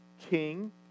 king